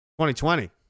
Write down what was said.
2020